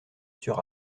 sur